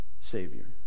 Savior